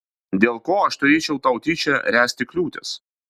dėl ko aš turėčiau tau tyčia ręsti kliūtis